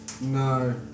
no